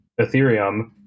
Ethereum